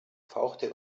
fauchte